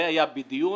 זה היה בדיון